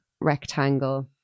rectangle